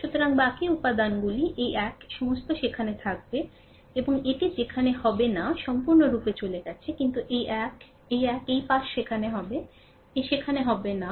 সুতরাং বাকি উপাদানগুলি এই এক সমস্ত সেখানে থাকবে এবং এটি সেখানে হবে না সম্পূর্ণরূপে চলে গেছে কিন্তু এই এক এই এক এই পাশ সেখানে হবে এই সেখানে হবে না